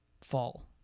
fall